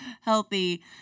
Healthy